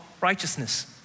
righteousness